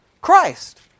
Christ